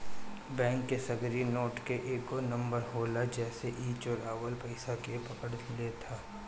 bank के सगरी note के एगो नंबर होला जेसे इ चुरावल पईसा के पकड़ लेत हअ